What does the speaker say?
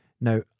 Now